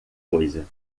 coisa